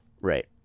Right